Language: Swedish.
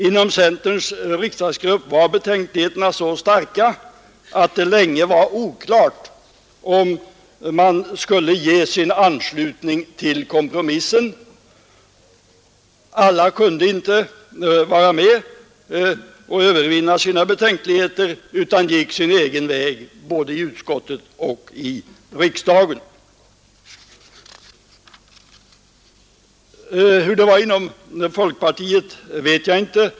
Inom centerns riksdagsgrupp var betänkligheterna så starka att det länge var oklart om gruppen skulle ge sin anslutning till kompromissen. Alla kunde inte heller övervinna sina betänkligheter och vara med, utan gick sin egen väg både i utskottet och i riksdagen. Hur det var inom folkpartiet vet jag inte.